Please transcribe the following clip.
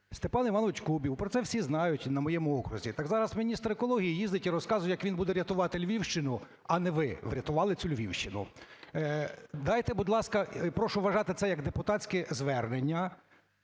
Степна Іванович Кубів, про це всі знають і на моєму окрузі. Так зараз міністр екології їздить і розказує як він буде рятувати Львівщини, а не ви врятували цю Львівщину. Дайте, будь ласка, прошу вважати це як депутатське звернення,